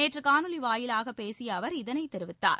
நேற்று காணொலி வாயிலாக பேசிய அவர் இதனைத் தெரிவித்தார்